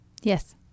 Yes